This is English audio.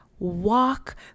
walk